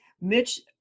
Mitch